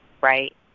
right